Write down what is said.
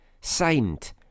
signed